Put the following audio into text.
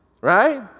right